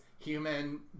human